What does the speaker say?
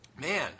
man